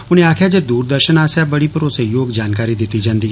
उनें आक्खेआ जे दूरदर्शन आस्सेआ बड़ी भरोसे योग जानकारी दित्ती जंदी ऐ